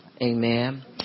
Amen